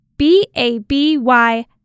B-A-B-Y